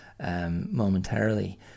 Momentarily